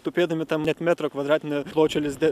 tupėdami tam net metro kvadratinio pločio lizde